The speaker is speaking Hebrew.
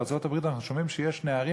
בארצות-הברית אנחנו שומעים שיש נערים